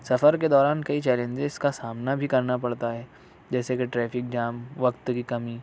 سفر کے دوران کئی چیلنجز کا سامنا بھی کرنا پڑتا ہے جیسے کہ ٹریفک جام وقت کی کمی